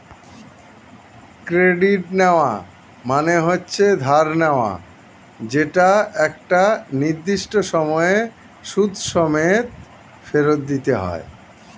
credit নেওয়া মানে হচ্ছে ধার নেওয়া যেটা একটা নির্দিষ্ট সময়ে সুদ সমেত ফেরত দিতে হয়